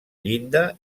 llinda